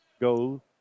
go